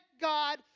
God